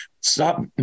stop